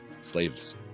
slaves